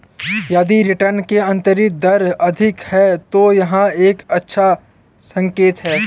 यदि रिटर्न की आंतरिक दर अधिक है, तो यह एक अच्छा संकेत है